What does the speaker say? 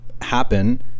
Happen